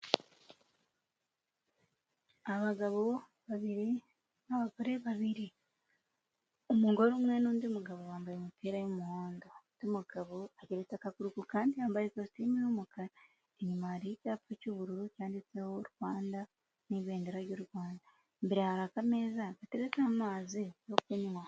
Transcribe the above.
Abagabo babiri, n'abagore babiri, umugore umwe n'undi mugabo wambaye umupira w'umuhondo, undi umugabo agaretse akaguru ku kandi yambaye ikositimu y'umukara, inyuma hari cyapa cy'ubururu cyanditseho Rwanda, n'ibendera ry'u Rwanda, imbere hari aka meza gateretseho amazi yo kunywa.